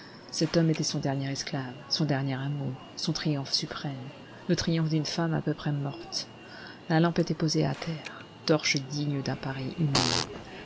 cet homme était son dernier esclave son dernier amour son triomphe suprême le triomphe d'une femme à peu près morte la lampe étant posée à terre torche digne